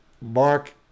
Mark